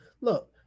look